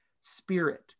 spirit